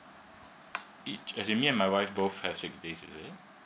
as you mean me and my wife both have six days is it